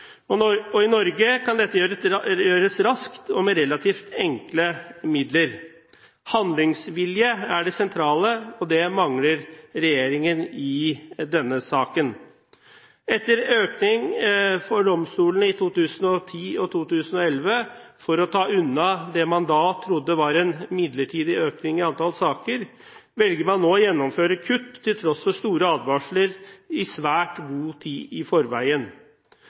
satse på domstolene. I Norge kan dette gjøres raskt og med relativt enkle midler. Handlingsvilje er det sentrale, og det mangler regjeringen i denne saken. Etter økning for domstolene i 2010 og 2011 for å ta unna det man da trodde var en midlertidig økning i antall saker, velger man nå å gjennomføre kutt til tross for store advarsler svært god tid i forveien.